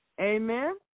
Amen